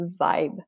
vibe